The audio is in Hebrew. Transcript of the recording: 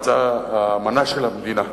המנה של המדינה".